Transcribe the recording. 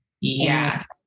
yes